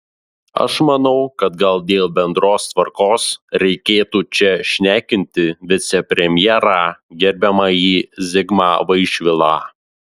aš manau kad gal dėl bendros tvarkos reikėtų čia šnekinti vicepremjerą gerbiamąjį zigmą vaišvilą